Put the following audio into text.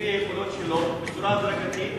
לפי היכולות שלו, בצורה הדרגתית.